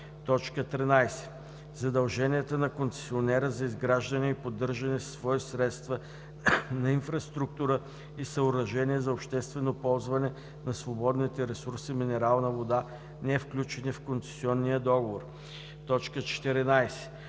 13. задълженията на концесионера за изграждане и поддържане със свои средства на инфраструктура и съоръжения за обществено ползване на свободните ресурси минерална вода, невключени в концесионния договор; 14.